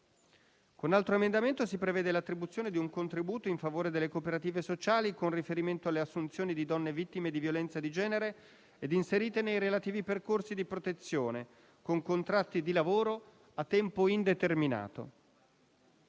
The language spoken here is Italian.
un altro emendamento si prevede l'attribuzione di un contributo in favore delle cooperative sociali con riferimento alle assunzioni di donne vittime di violenza di genere e inserite nei relativi percorsi di protezione con contratti di lavoro a tempo indeterminato.